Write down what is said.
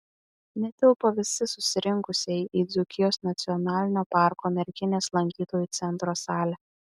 netilpo visi susirinkusieji į dzūkijos nacionalinio parko merkinės lankytojų centro salę